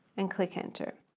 and click enter.